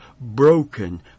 broken